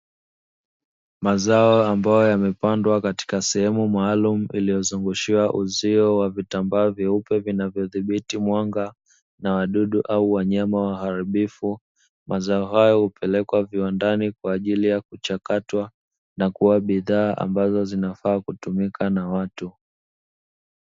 Mazao ambayo yamepandwa katika sehemu maalumu iliyozungushiwa uzio wa vitambaa vyeupe vinavyodhibiti mwanga na wadudu au wanyama waharibifu, mazao hayo hupelekwa viwandani kwajili ya kuchakatwa na kuwa bidhaa ambazo zinafaa kutumika na watu.